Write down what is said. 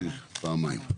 פעמיים,